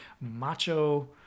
macho